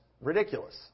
ridiculous